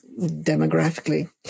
demographically